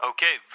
Okay